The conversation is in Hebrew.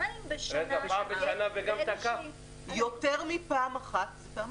יותר מפעם אחת זה פעמיים.